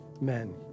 men